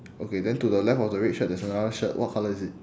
okay then to the left of the red shirt there's another shirt what colour is it